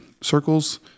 circles